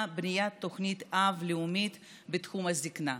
בניית תוכנית אב לאומית בתחום הזקנה.